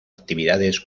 actividades